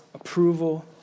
approval